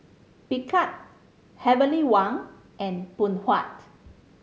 Picard Heavenly Wang and Phoon Huat